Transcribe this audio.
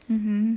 mmhmm